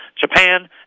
Japan